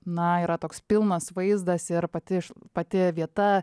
na yra toks pilnas vaizdas ir pati pati vieta